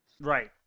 Right